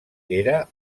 era